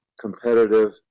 competitive